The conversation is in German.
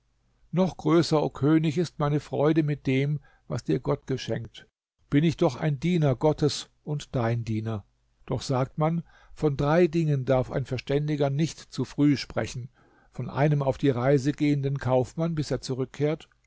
noch größer o könig ist meine freude mit dem was dir gott geschenkt bin ich doch ein diener gottes und dein diener doch sagt man von drei dingen darf ein verständiger nicht zu früh sprechen von einem auf die reise gehenden kaufmann bis er zurückkehrt